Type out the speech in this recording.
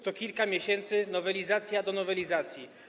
Co kilka miesięcy nowelizacja do nowelizacji.